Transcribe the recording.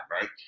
right